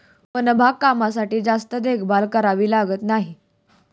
one बागकामासाठी जास्त देखभाल करावी लागत नाही